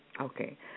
Okay